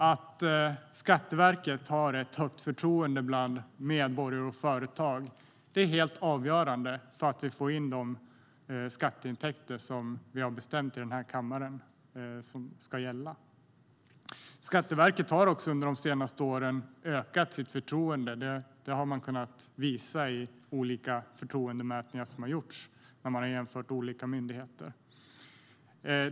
Att Skatteverket har ett högt förtroende bland medborgare och företag är helt avgörande för att vi ska få in de skatteintäkter som vi har beslutat om i den här kammaren. Skatteverket har också under de senaste åren ökat sitt förtroende. Det har man kunnat visa i olika förtroendemätningar som har gjorts där olika myndigheter har jämförts.